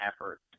effort